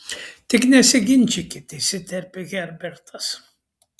tik nesiginčykit įsiterpė herbertas